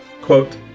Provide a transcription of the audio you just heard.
quote